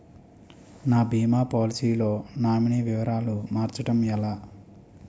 నా భీమా పోలసీ లో నామినీ వివరాలు మార్చటం ఎలా?